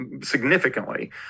significantly